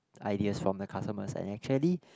ideas from the customers and actually